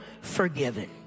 forgiven